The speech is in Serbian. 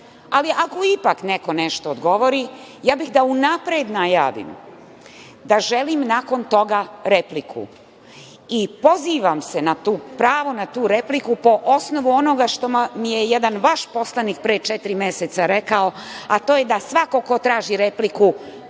ali ako ipak neko nešto odgovori, ja bih da unapred najavim da želim nakon toga repliku i pozivam se na pravo na tu repliku, po osnovu onoga što mi je jedan vaš poslanik pre četiri meseca rekao, a to je da svako ko traži repliku,